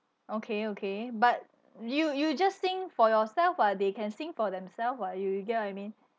okay okay but you you just sing for yourself ah they can sing for themselves what you you get what I mean